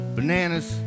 Bananas